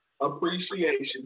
Appreciation